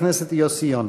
חבר הכנסת יוסי יונה.